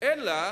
אלא